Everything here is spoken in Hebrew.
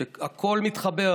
שהכול מתחבר,